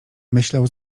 myślał